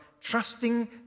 trusting